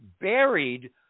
buried